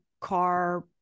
car